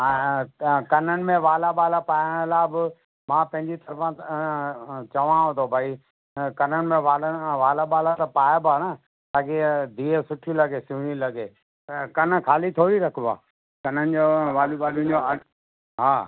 हा हा त कननि में वाला बाला पाइण लाइ बि मां पंहिंजी तरफ़ां चवांव थो भई कननि में वाला वाला बाला त पाइबा न ताकि इअ धीअ सुठी लॻे सुहिणी लॻे कन त ख़ाली थोरी रखबा कननि जो वालिन बालिन जो ऑडर हा